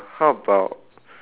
how about